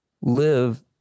live